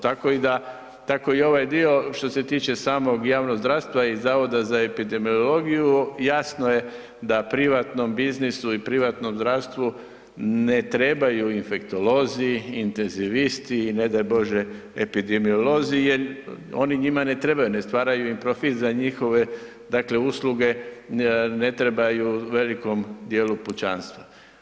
Tako i da, tako i ovaj dio što se tiče samog javnog zdravstva i Zavoda za epidemiologiju, jasno je da privatnom biznisu i privatnom zdravstvu ne trebaju infektolozi, intezivisti i ne daj Bože epidemiolozi jer oni njima ne trebaju, ne stvaraju im profit za njihove, dakle usluge, ne trebaju velikom dijelu pučanstva.